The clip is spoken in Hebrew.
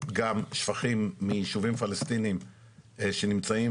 גם שפכים מישובים פלסטינים שנמצאים